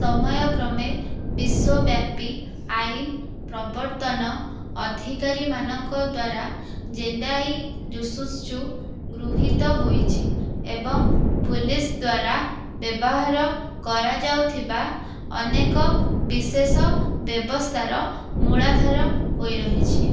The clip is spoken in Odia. ସମୟକ୍ରମେ ବିଶ୍ୱବ୍ୟାପୀ ଆଇନ ପ୍ରବର୍ତ୍ତନ ଅଧିକାରୀମାନଙ୍କ ଦ୍ଵାରା ଜେଣ୍ଡାଇ ଜୁଜୁତ୍ସୁ ଗୃହୀତ ହୋଇଛି ଏବଂ ପୁଲିସ୍ ଦ୍ୱାରା ବ୍ୟବହାର କରାଯାଉଥିବା ଅନେକ ବିଶେଷ ବ୍ୟବସ୍ଥାର ମୂଳାଧାର ହୋଇ ରହିଛି